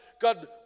God